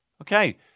Okay